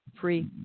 free